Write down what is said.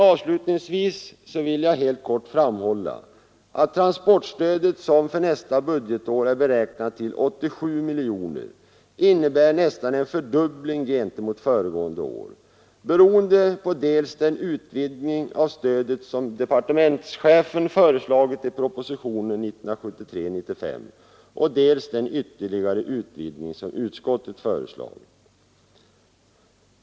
Avslutningsvis vill jag helt kort framhålla att transportstödet, som för nästa budgetår är beräknat till 87 miljoner kronor, innebär nästan en fördubbling gentemot föregående år, beroende på dels den utvidgning av stödet som departementschefen föreslagit i propositionen 1973:95, dels den ytterligare utvidgning som utskottet föreslagit.